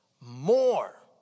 more